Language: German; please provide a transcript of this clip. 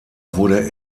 wurde